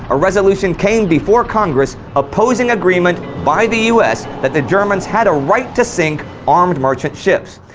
a resolution came before congress opposing agreement by the us that the germans had a right to sink armed merchant ships.